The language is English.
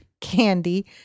candy